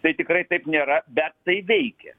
tai tikrai taip nėra bet tai veikia